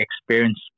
experience